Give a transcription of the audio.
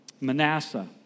Manasseh